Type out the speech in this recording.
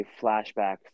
flashbacks